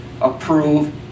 approve